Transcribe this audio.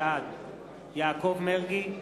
בעד יעקב מרגי,